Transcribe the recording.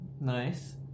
nice